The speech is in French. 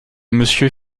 monsieur